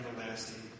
everlasting